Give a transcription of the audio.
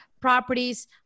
properties